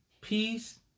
Peace